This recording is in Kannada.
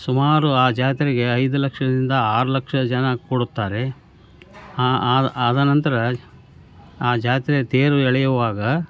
ಸುಮಾರು ಆ ಜಾತ್ರೆಗೆ ಐದು ಲಕ್ಷದಿಂದ ಆರು ಲಕ್ಷ ಜನ ಕೂಡುತ್ತಾರೆ ಆದನಂತರ ಆ ಜಾತ್ರೆ ತೇರು ಎಳೆಯುವಾಗ